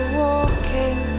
walking